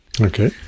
Okay